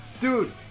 Dude